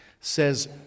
Says